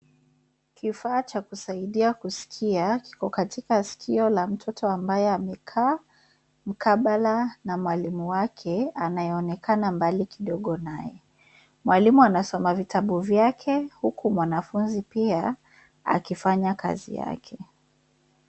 Kifaa cha kusaidia kuskia kiko katika skio la mtoto ambaye amekaa mkabala na mwalimu wake anayeonekana mbali kidogo naye. Mwalimu anasoma vitabu vyake huku mwanafunzi pia akifanya kazi yake.